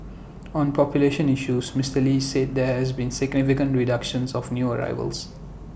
on population issues Mister lee said there has been significant reduction of new arrivals